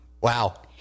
Wow